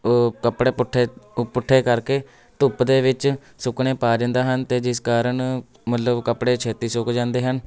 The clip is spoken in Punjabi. ਕੱਪੜੇ ਪੁੱਠੇ ਉਹ ਪੁੱਠੇ ਕਰਕੇ ਧੁੱਪ ਦੇ ਵਿੱਚ ਸੁੱਕਣੇ ਪਾ ਦਿੰਦਾ ਹਨ ਅਤੇ ਜਿਸ ਕਾਰਨ ਮਤਲਬ ਕੱਪੜੇ ਛੇਤੀ ਸੁੱਕ ਜਾਂਦੇ ਹਨ